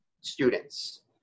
students